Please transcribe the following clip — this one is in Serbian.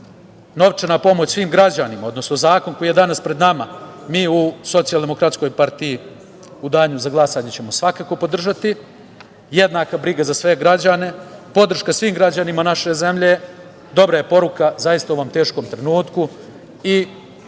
novčana pomoć svim građanima, odnosno zakon koji je danas pred nama, mi u SDPS u danu za glasanje ćemo svakako podržati. Jednaka briga za sve građane, podrška svim građanima naše zemlje dobra je poruka u ovom teškom trenutku i